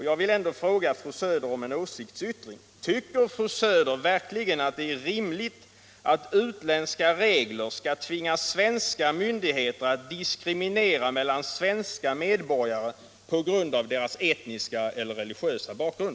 Jag vill ändå be fru Söder om en åsiktsyttring: Tycker fru Söder verkligen att det är rimligt att utländska regler skall tvinga svenska myndigheter att diskriminera svenska medborgare på grund av deras etniska eller religiösa bakgrund?